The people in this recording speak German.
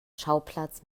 schauplatz